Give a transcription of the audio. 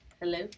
hello